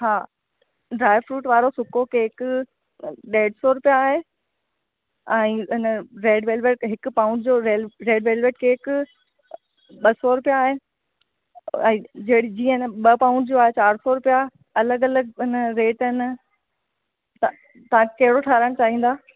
हा ड्राईफ्रूट वारो सुको केक ॾेढ़ सौ रुपया आहे ऐं इन रेड वैलवेट हिकु पाउन जो रैड वैलवेट केक बसि सौ रुपया आहे ऐं जहिड़ी जीअं ॿ पाउंडस जो आहे चार सौ रुपया अलॻि अलॻि इन जा रेट आहिनि त तव्हां कहिड़ो ठाराहिणु चाहींदा